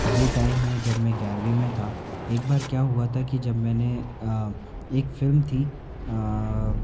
ये टाइम है जब मैं ग्यारवीं में था एकबार क्या हुआ ता कि जब मैंने एक फिल्म थी